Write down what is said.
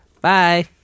Bye